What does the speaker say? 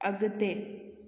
अगि॒ते